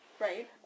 Right